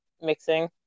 mixing